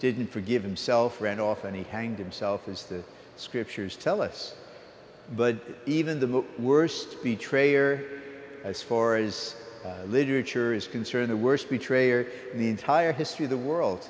didn't forgive himself ran off and he hanged himself as the scriptures tell us but even the worst the tray or as for is literature is concerned the worst betrayer the entire history of the world